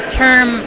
term